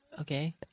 Okay